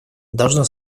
должно